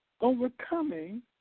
overcoming